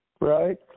Right